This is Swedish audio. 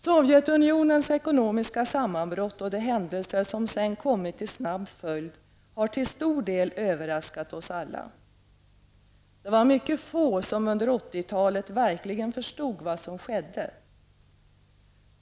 Sovjetunionens ekonomiska sammanbrott och de händelser som sedan kommit i snabb följd har till stor del överraskat oss alla. Det var mycket få som under 1980-talet verkligen förstod vad som skedde.